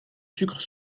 sucre